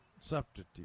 substitute